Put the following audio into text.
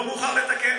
לא מאוחר לתקן.